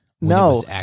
no